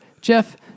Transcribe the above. Jeff